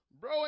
Bro